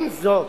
עם זאת,